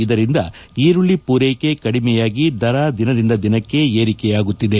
ಇದರಿಂದ ಈರುಳ್ಳಿ ಪೂರೈಕೆ ಕಡಿಮೆಯಾಗಿ ದರ ದಿನದಿಂದ ದಿನಕ್ಕೆ ಏರಿಕೆಯಾಗುತ್ತಿದೆ